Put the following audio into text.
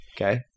Okay